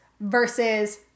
versus